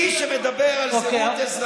מי שמדבר על זהות אזרחית,